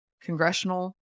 congressional